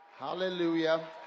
Hallelujah